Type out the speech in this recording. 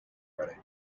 ready